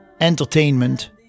entertainment